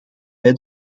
bij